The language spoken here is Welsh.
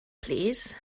plîs